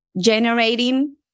generating